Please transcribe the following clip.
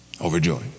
Overjoyed